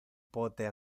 pote